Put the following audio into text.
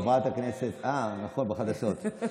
אה, נכון, בחדשות.